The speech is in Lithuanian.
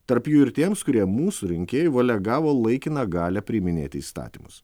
tarp jų ir tiems kurie mūsų rinkėjų valia gavo laikiną galią priiminėti įstatymus